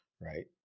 Right